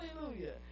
Hallelujah